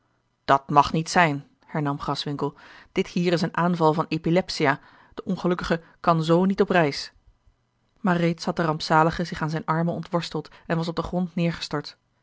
dat mag niet zijn hernam graswinckel dit hier is een aanval van epilepsia de ongelukkige kan z niet op reis maar reeds had de rampzalige zich aan zijne armen ontworsteld en was op den grond neêrgestort